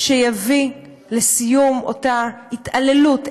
שיביא לסיום אותה התעללות,